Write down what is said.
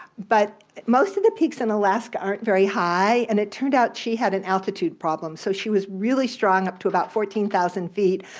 but most of the peaks in alaska aren't very high, high, and it turned out she had an altitude problem, so she was really strong up to about fourteen thousand feet,